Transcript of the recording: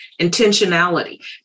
intentionality